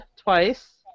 twice